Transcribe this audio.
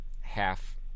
half